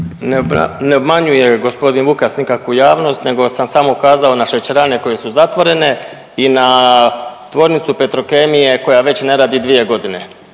Ne obmanjuje g. Vukas nikakvu javnost nego sam samo ukazao na šećerane koje su zatvorene i na tvornicu Petrokemije koja već ne radi dvije godine